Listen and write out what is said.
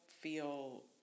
feel